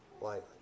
lightly